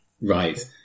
Right